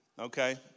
Okay